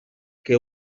que